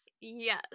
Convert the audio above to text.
yes